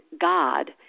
God